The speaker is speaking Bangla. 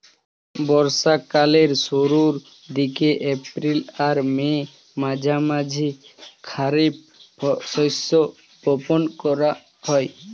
বর্ষা কালের শুরুর দিকে, এপ্রিল আর মের মাঝামাঝি খারিফ শস্য বপন করা হয়